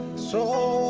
so